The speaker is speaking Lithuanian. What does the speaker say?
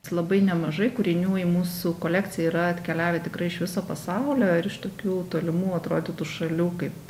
labai nemažai kūrinių į mūsų kolekciją yra atkeliavę tikrai iš viso pasaulio ir iš tokių tolimų atrodytų šalių kaip